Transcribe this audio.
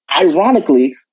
ironically